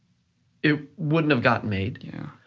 it wouldn't have gotten made.